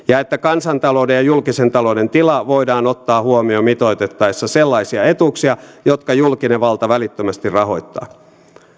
ja että kansantalouden ja julkisen talouden tila voidaan ottaa huomioon mitoitettaessa sellaisia etuuksia jotka julkinen valta välittömästi rahoittaa